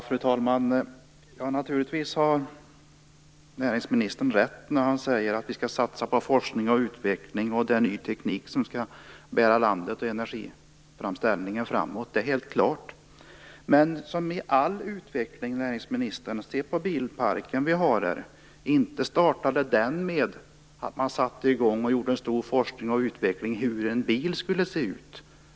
Fru talman! Näringsministern har naturligtvis rätt när han säger att vi skall satsa på forskning och utveckling och att det är ny teknik som skall bära landet och energiframställningen framåt. Det är helt klart. Men som med all utveckling, näringsministern, startade inte utvecklingen av den bilpark vi har med att man satte i gång och gjorde en stor forskning och utveckling av hur en bil skulle se ut.